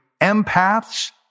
empaths